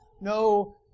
no